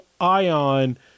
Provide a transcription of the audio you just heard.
ion